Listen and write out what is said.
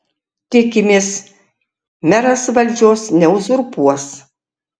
tikimės meras valdžios neuzurpuos